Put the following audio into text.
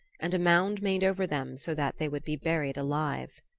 and a mound made over them so that they would be buried alive.